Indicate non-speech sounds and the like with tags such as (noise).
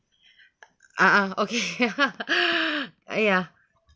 uh uh okay (laughs) !aiya!